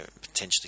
potentially